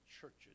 churches